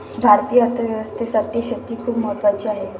भारतीय अर्थव्यवस्थेसाठी शेती खूप महत्त्वाची आहे